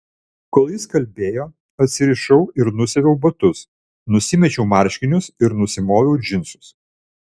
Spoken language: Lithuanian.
kol jis kalbėjo atsirišau ir nusiaviau batus nusimečiau marškinius ir nusimoviau džinsus